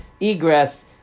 egress